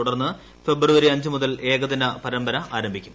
തുടർന്ന് ഫെബ്രുവരി അഞ്ചു മുതൽ ഏകദിന പരമ്പര ആരംഭിക്കും